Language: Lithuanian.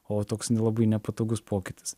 o toks nelabai nepatogus pokytis